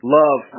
love